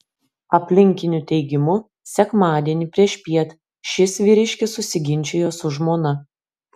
aplinkinių teigimu sekmadienį priešpiet šis vyriškis susiginčijo su žmona